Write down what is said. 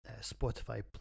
Spotify